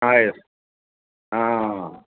ആ യെസ് ആ